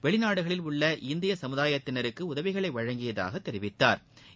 வெளிநாடுகளில் உள்ள இந்திய சமுதாயத்தினருக்கு உதவிகளை வழங்கியதாக தெரிவித்தாா்